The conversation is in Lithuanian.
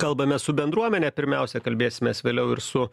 kalbamės su bendruomene pirmiausia kalbėsimės vėliau ir su